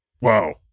Wow